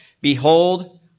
Behold